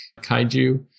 kaiju